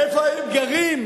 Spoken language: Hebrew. ואיפה האתגרים,